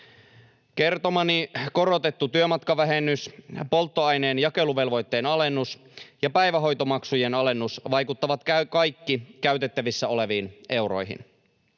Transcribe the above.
Kertomani korotettu työmatkavähennys, polttoaineen jakeluvelvoitteen alennus ja päivähoitomaksujen alennus vaikuttavat kaikki käytettävissä oleviin euroihin.